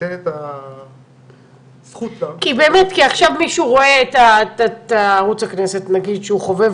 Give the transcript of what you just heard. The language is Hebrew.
עכשיו מישהו שצופה בערוץ הכנסת רואה